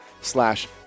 slash